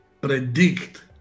predict